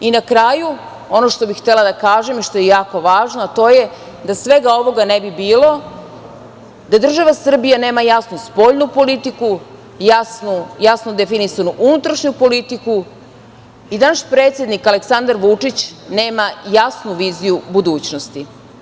Na kraju, ono što bih htela da kažem i što je jako važno, a to je da svega ovoga ne bi bilo da država Srbija nema jasnu spoljnu politiku, jasno definisanu unutrašnju politiku i da naš predsednik Aleksandar Vučić nema jasnu viziju budućnosti.